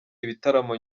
ibitaramo